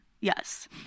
Yes